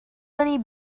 many